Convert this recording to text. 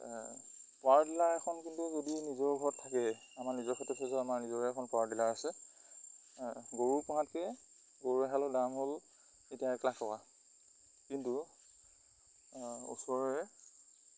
power tiller এখন কিন্তু যদি নিজৰ ঘৰত থাকে আমাৰ নিজৰ ক্ষেত্ৰত চাইছোঁ আমাৰ নিজৰে এখন পাৱাৰ টিলাৰ আছে গৰু পোহাতকৈ গৰু এহালৰ দাম হ'ল এতিয়া এক লাখ টকা কিন্তু ওচৰৰে